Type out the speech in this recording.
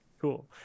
Cool